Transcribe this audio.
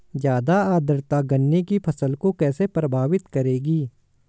ज़्यादा आर्द्रता गन्ने की फसल को कैसे प्रभावित करेगी?